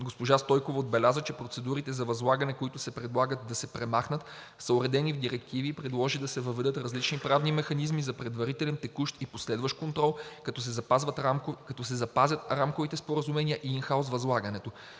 Госпожа Стойкова отбеляза, че процедурите за възлагане, които се предлага да се премахнат, са уредени в директиви и предложи да се въведат различни правни механизми за предварителен, текущ и последващ контрол, като се запазят рамковите споразумения и ин хаус възлагането.